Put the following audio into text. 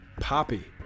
Poppy